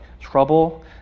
trouble